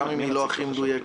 גם אם היא לא הכי מדויקת,